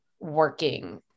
working